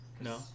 No